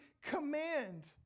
command